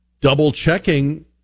double-checking